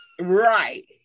right